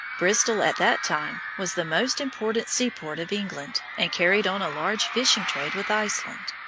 bristol at that time was the most important seaport of england, and carried on a large fishing trade with iceland.